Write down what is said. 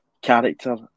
character